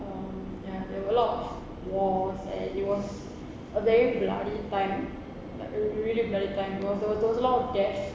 um ya there were a lot of wars and it was a very bloody time a really bloody time there was there was there was a lot of deaths